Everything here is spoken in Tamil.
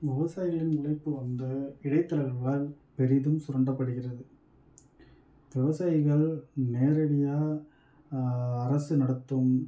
விவசாயிகளின் உழைப்பு வந்து இடைத்தரகர்களால் பெரிதும் சுரண்டப்படுகிறது விவசாயிகள் நேரடியாக அரசு நடத்தும்